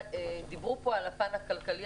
דיברו פה על הפן הכלכלי,